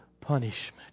punishment